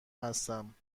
هستم